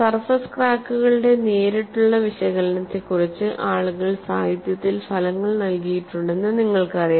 surface ക്രാക്കുകളുടെ നേരിട്ടുള്ള വിശകലനത്തെക്കുറിച്ച് ആളുകൾ സാഹിത്യത്തിൽ ഫലങ്ങൾ നൽകിയിട്ടുണ്ടെന്ന് നിങ്ങൾക്കറിയാം